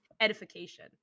edification